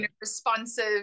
responsive